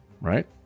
right